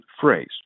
phrase